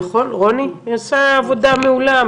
היא עושה עבודה מעולה,